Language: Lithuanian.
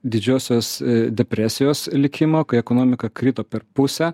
didžiosios depresijos likimo kai ekonomika krito per pusę